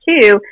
two